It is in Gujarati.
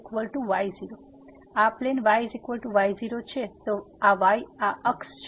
હવે આ પ્લેન yy0 છે આ y અક્ષ છે